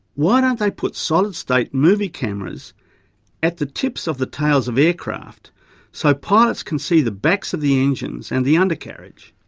why don't they put solid state movie cameras at the tips of the tails of aircraft so pilots can see the backs of the engines and the under carriage?